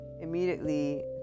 immediately